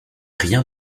rien